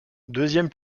deuxième